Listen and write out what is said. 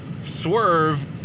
Swerve